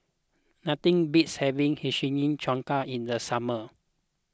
nothing beats having Hiyashi Chuka in the summer